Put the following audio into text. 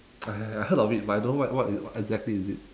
ah ya I heard of it but I don't what what is exactly is it